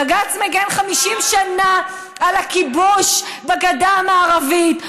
בג"ץ מגן 50 שנה על הכיבוש בגדה המערבית.